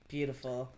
Beautiful